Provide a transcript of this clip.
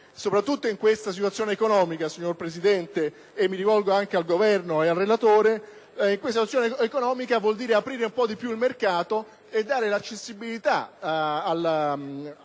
Soprattutto in questa situazione economica, signor Presidente, e mi rivolgo anche al Governo e al relatore, ciò vuol dire aprire di più il mercato e renderlo accessibile, per